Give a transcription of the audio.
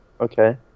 Okay